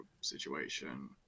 situation